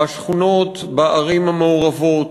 בשכונות בערים המעורבות,